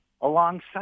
alongside